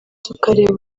tukareba